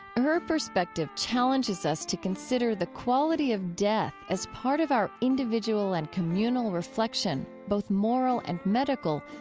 her perspective challenges us to consider the quality of death as part of our individual and communal reflection, both moral and medical,